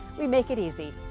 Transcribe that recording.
we make it easy.